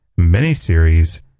miniseries